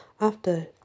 After